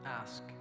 Ask